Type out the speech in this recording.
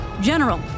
General